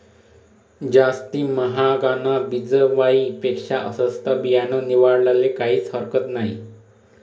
जास्ती म्हागानं बिजवाई पेक्शा सस्तं बियानं निवाडाले काहीज हरकत नही